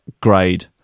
grade